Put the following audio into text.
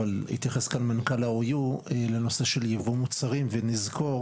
אבל התייחס כאן מנכ"ל ה-OU לנושא של יבוא מוצרים ונזכור